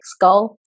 goal